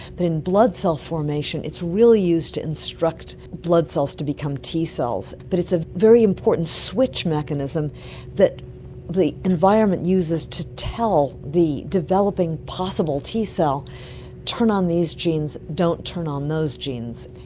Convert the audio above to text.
but in blood cell formation it's really used to instruct blood cells to become t cells, but it's a very important switch mechanism that the environment uses to tell the developing possible t cell turn on these genes, don't turn on those genes'.